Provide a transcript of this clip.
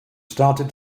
started